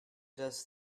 does